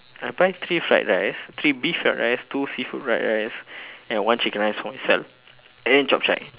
I buy three fried rice three beef fried rice two seafood fried rice and one chicken rice for myself and then chap-chye